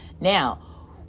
Now